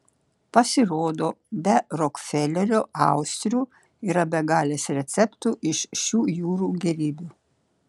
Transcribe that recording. pasirodo be rokfelerio austrių yra begalės receptų iš šių jūrų gėrybių